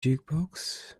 jukebox